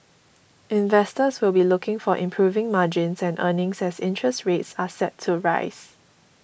investors will be looking for improving margins and earnings as interest rates are set to rise